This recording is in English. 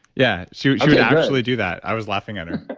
yeah, so she would actually do that. i was laughing at her